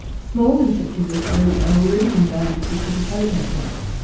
small insectivorous birds are already endangered because of habitat loss.